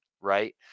right